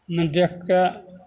मे देखि कऽ